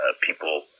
people